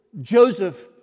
Joseph